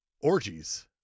Orgies